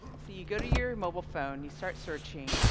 so you go to your mobile phone. you start searching,